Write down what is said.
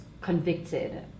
convicted